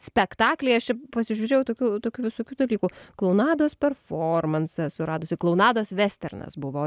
spektakliai aš čia pasižiūrėjau tokių tokių visokių dalykų klounados performansą esu radusi klounados vesternas buvo